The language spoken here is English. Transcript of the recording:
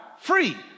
free